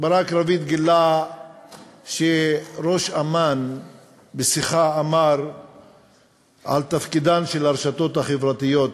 ברק רביד גילה שראש אמ"ן אמר בשיחה על תפקידן של הרשתות החברתיות,